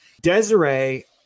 desiree